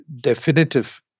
definitive